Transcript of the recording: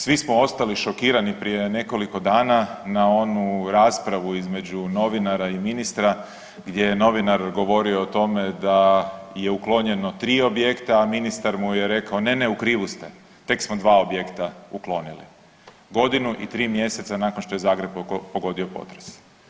Svi smo ostali šokirani prije nekoliko dana na onu raspravu između novinara i ministra gdje je novinar govorio o tome da je uklonjeno 3 objekta, a ministar mu je rekao ne, ne, u krivu ste, tek smo dva objekta uklonili, godinu i 3 mjeseca nakon što je Zagreb pogodio potres.